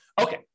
Okay